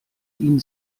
ihn